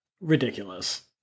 Ridiculous